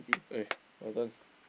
okay your turn